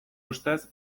ustez